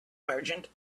merchant